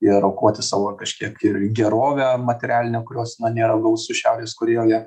ir aukoti savo kažkiek ir gerovę materialinę kurios na nėra gausu šiaurės korėjoje